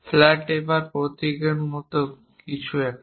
flat taper প্রতীকের মতো কিছু এটি